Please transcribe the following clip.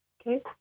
Okay